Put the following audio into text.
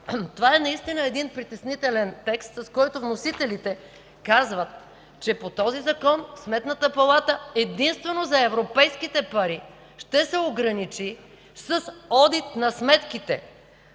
Това наистина е притеснителен текст, с който вносителите казват, че по този закон Сметната палата единствено за европейските пари ще се ограничи с одит на сметките.